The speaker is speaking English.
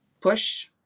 push